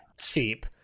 cheap